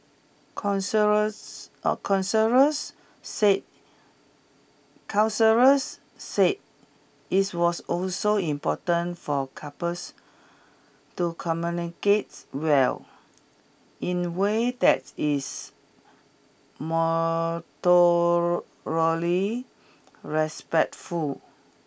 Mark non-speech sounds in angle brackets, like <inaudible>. counselors <hesitation> counselors said counselors said it's was also important for couples to communicates well in way that is <unintelligible> respectful